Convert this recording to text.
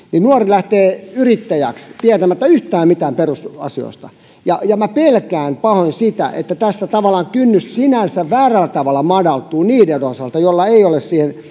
nuori lähtee yrittäjäksi tietämättä yhtään mitään perusasioista ja ja minä pelkään pahoin sitä että tässä kynnys sinänsä väärällä tavalla madaltuu niiden osalta joilla ei ole